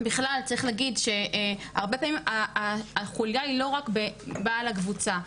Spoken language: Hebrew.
בכלל צריך להגיד שהרבה פעמים החוליה היא לא רק בבעל הקבוצה,